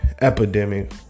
epidemic